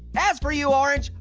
as for you, orange,